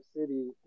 City